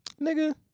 Nigga